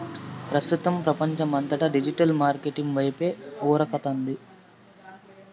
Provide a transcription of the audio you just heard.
ప్రస్తుతం పపంచమంతా digital market వైపే ఉరకతాంది